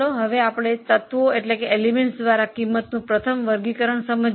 હવે તત્વો દ્વારા ખર્ચનું પ્રથમ વર્ગીકરણ સમજીએ